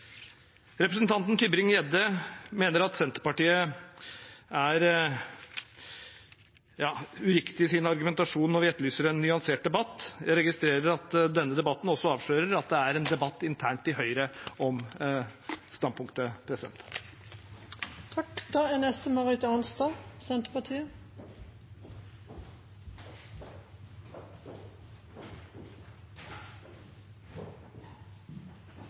Representanten Tybring-Gjedde mener at Senterpartiet er uriktig i sin argumentasjon når vi etterlyser en nyansert debatt. Jeg registrerer at denne debatten også avslører at det er en debatt internt i Høyre om standpunktet.